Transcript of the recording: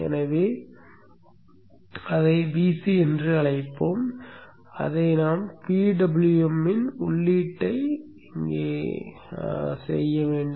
எனவே அதை Vc என்று அழைப்போம் அதை நாம் PWM இன் உள்ளீட்டை இங்கே செய்ய வேண்டும்